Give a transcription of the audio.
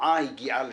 שמועה הגיעה לשולחני,